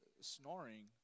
snoring